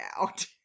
out